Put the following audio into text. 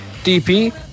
DP